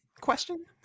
question